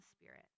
spirit